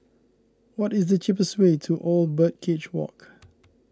what is the cheapest way to Old Birdcage Walk